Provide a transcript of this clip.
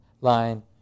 line